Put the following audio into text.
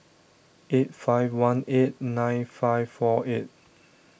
eight five one eight nine five four eight